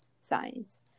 science